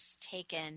taken